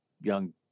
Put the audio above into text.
young